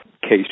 case